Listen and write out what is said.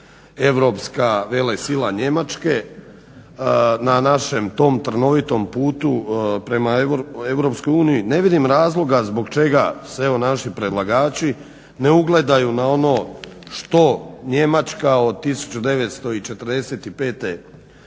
europska velesila, Njemačke, na našem tom trnovitom putu prema Europskoj uniji ne vidim razloga zbog čega se naši predlagači ne ugledaju na ono što Njemačka od 1945. godine